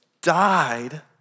died